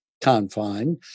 confine